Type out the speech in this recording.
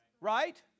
Right